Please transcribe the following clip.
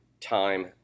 time